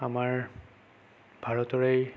আমাৰ ভাৰতৰেই